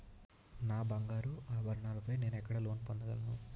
నా బంగారు ఆభరణాలపై నేను ఎక్కడ లోన్ పొందగలను?